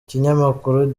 ikinyamakuru